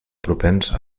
propens